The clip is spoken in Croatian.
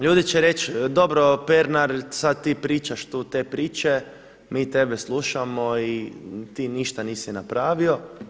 Ljudi će reći, dobro Pernar, sada ti pričaš tu te priče, mi tebe slušamo i ti ništa nisi napravio.